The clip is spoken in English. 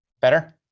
better